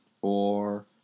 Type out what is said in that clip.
four